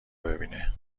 ببینه